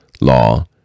law